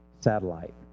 satellite